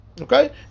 Okay